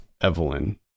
Evelyn